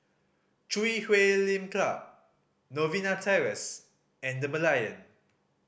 Chui Huay Lim Club Novena Terrace and The Merlion